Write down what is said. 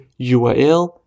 URL